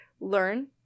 learn